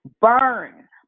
burn